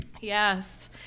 Yes